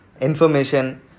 information